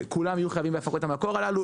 להפקות המקור הללו.